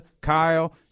Kyle